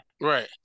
Right